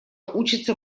учится